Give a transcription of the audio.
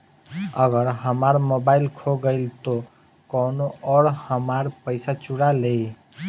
अगर हमार मोबइल खो गईल तो कौनो और हमार पइसा चुरा लेइ?